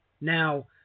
now